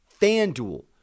FanDuel